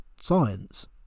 science